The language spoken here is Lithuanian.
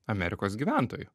amerikos gyventojų